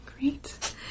Great